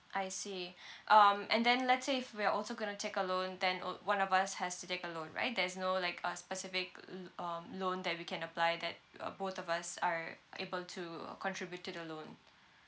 I see um and then let's say if we're also going to take a loan then o~ one of us has to take a loan right there's no like a specific l~ um loan that we can apply that uh both of us are able to contribute to the loan